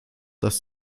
dass